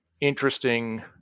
interesting